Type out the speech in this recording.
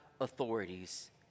authorities